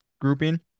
grouping